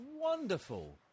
wonderful